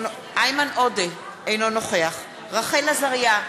אינו נוכח רחל עזריה,